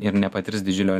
ir nepatirs didžiulio